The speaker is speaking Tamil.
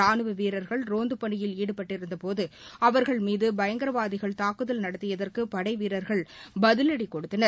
ராணுவ வீரர்கள் ரோந்து பணியில் ஈடுபட்டிருந்தபோது அவர்கள் மீது பயங்கரவாதிகள் தாக்குதல் நடத்தியதற்கு படை வீரர்கள் பதிலடி கொடுத்தனர்